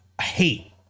hate